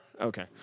okay